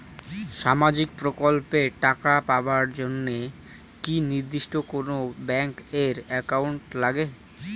সামাজিক প্রকল্পের টাকা পাবার জন্যে কি নির্দিষ্ট কোনো ব্যাংক এর একাউন্ট লাগে?